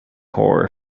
horror